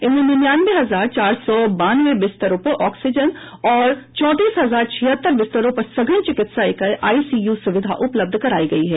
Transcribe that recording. इनमें निन्यानवे हजार चार सौ बानवे बिस्तरों पर ऑक्सीजन तथा चौंतीस हजार छिहत्तर बिस्तरों पर सघन चिकित्सा इकाई आई सी यू सुविधा उपलब्ध कराई गई है